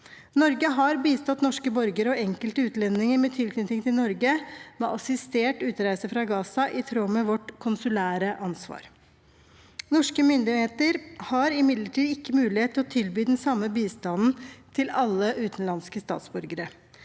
Norge har bistått norske borgere og enkelte utlendinger med tilknytning til Norge med assistert utreise fra Gaza i tråd med vårt konsulære ansvar. Norske myndigheter har imidlertid ikke mulighet til å tilby den samme bistanden til alle utenlandske statsborgere.